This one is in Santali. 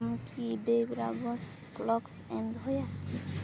ᱟᱢ ᱠᱤ ᱵᱮᱵᱷᱟᱨᱮᱡᱥ ᱯᱷᱞᱟᱠᱥ ᱮᱢ ᱫᱚᱦᱚᱭᱟ